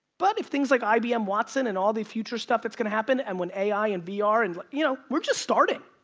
but if things like ibm watson and all the future stuff that's gonna happen and when a i. and v r. and you know, we're just starting.